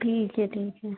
ठीक है ठीक है